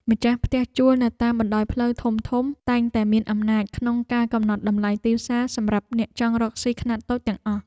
ម្ចាស់ផ្ទះជួលនៅតាមបណ្តោយផ្លូវធំៗតែងតែមានអំណាចក្នុងការកំណត់តម្លៃទីផ្សារសម្រាប់អ្នកចង់រកស៊ីខ្នាតតូចទាំងអស់។